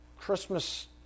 Christmas